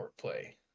play